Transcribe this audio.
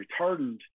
retardant